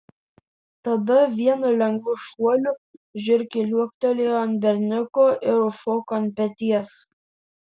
tada vienu lengvu šuoliu žiurkė liuoktelėjo ant berniuko ir užšoko ant peties